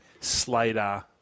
Slater